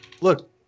look